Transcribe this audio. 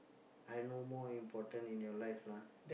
I no more important in your life lah